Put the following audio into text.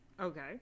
Okay